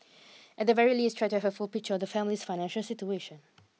at the very least try to have a full picture of the family's financial situation